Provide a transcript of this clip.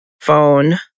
phone